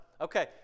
Okay